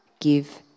give